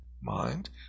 mind